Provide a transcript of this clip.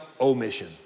omission